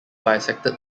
bisected